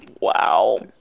Wow